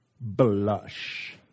blush